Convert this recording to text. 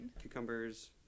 cucumbers